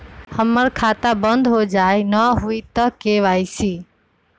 हमर खाता बंद होजाई न हुई त के.वाई.सी?